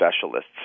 specialists